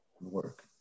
work